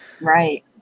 Right